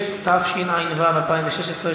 התשע"ו 2016,